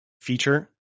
feature